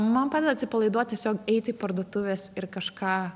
man padeda atsipalaiduot tiesiog eit į parduotuves ir kažką